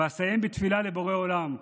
אסיים בתפילה לבורא עולם,